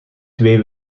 twee